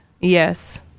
yes